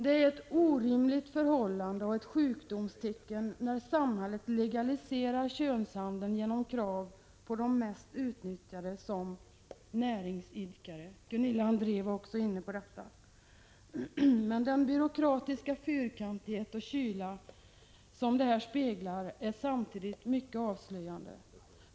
Det är ett orimligt förhållande och ett sjukdomstecken när samhället legaliserar könshandeln genom krav på de mest utnyttjade som ”näringsidkare”. Gunilla André var också inne på detta. Den byråkratiska fyrkantighet och kyla som detta speglar är samtidigt mycket avslöjande.